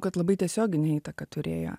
kad labai tiesioginę įtaką turėjo